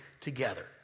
together